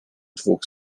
dwóch